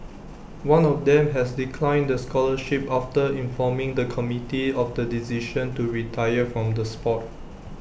one of them has declined the scholarship after informing the committee of the decision to retire from the Sport